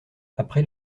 après